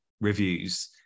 reviews